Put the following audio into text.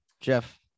Jeff